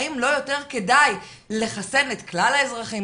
האם לא יותר כדאי לחסן את כלל האזרחים,